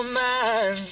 man